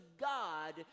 God